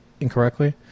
incorrectly